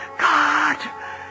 God